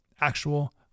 actual